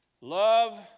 Love